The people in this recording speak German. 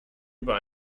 über